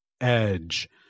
edge